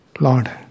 Lord